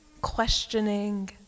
questioning